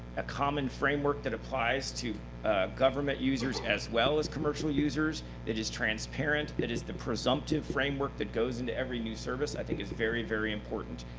a comment framework that applies to government users as well as commercial users, that is transparent, that is the presumptive framework that goes into every new service, i think is very, very important.